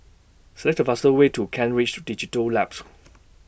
Select The fastest Way to Kent Ridge Digital Labs